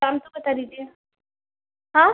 दाम तो बता दीजिए हाँ